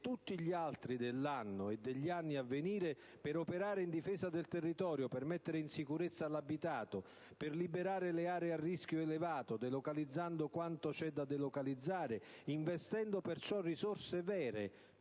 tutti gli altri dell'anno e degli anni a venire per operare in difesa del territorio, per mettere in sicurezza l'abitato, per liberare le aree a rischio elevato, delocalizzando quanto c'è da delocalizzare, investendo per questo risorse vere,